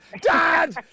Dad